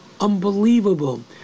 Unbelievable